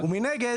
ומנגד,